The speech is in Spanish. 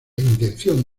intención